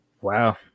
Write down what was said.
Wow